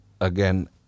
again